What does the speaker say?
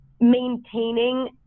maintaining